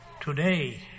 today